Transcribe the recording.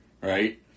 right